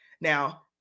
Now